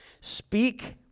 Speak